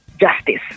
justice